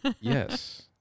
yes